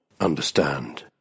understand